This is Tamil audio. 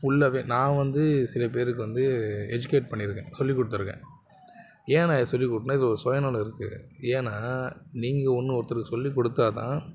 ஃபுல்லாகவே நான் வந்து சில பேருக்கு வந்து எஜிகேட் பண்ணியிருக்கேன் சொல்லிக்கொடுத்துருக்கேன் ஏன் நான் இதை சொல்லி கொடுத்தனா இதில் ஒரு சுயநலம் இருக்குது ஏன்னால் நீங்கள் ஒன்று ஒருத்தருக்கு சொல்லிக்கொடுத்தா தான்